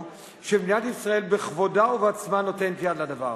הוא שמדינת ישראל בכבודה ובעצמה נותנת יד לדבר,